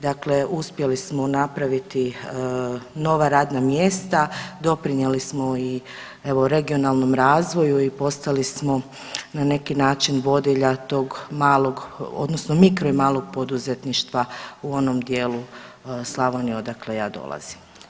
Dakle, uspjeli smo napraviti nova radna mjesta, doprinijeli smo i evo regionalnom razvoju i postali smo na neki način vodilja tog malog odnosno mikro i malog poduzetništva u onom dijelu Slavonije odakle ja dolazim.